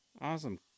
Awesome